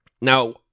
Now